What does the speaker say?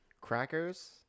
Crackers